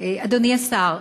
אדוני השר,